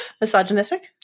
Misogynistic